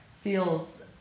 feels